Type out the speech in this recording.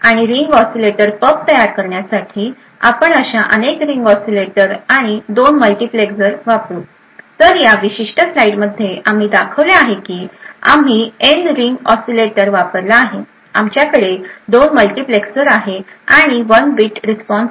आणि ring oscillator PUF तयार करण्यासाठी आपण अशा अनेक रिंग ऑसीलेटर आणि 2 मल्टिप्लेक्सर्स वापरु तर या विशिष्ट स्लाइडमध्ये आम्ही दाखविले आहे की आम्ही एन रिंग ऑसीलेटर वापरला आहे आमच्याकडे 2 मल्टीप्लेक्सर्स आहेत आणि 1 बिट रिस्पॉन्स